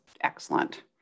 excellent